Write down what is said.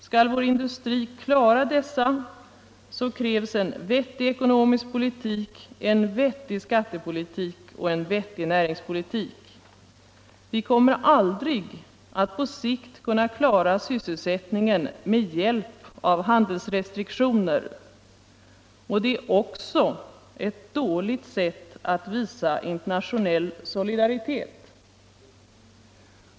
Skall vår industri klara dessa så krävs en vettig ekonomisk politik, en vettig skattepolitik och en vettig näringspolitik. Vi kommer aldrig att på sikt kunna klara sysselsättningen med hjälp av handelsrestriktioner, och det är också ett dåligt sätt att visa internationell solidaritet.